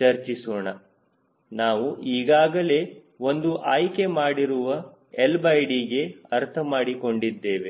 ಚರ್ಚಿಸೋಣ ನಾವು ಈಗಾಗಲೇ ಒಂದು ಆಯ್ಕೆ ಮಾಡಿರುವ LD ಗೆ ಅರ್ಥಮಾಡಿಕೊಂಡಿದ್ದೇವೆ